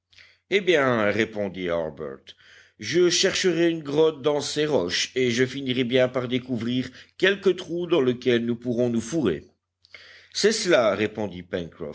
eh bien répondit harbert je chercherai une grotte dans ces roches et je finirai bien par découvrir quelque trou dans lequel nous pourrons nous fourrer c'est cela répondit